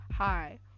hi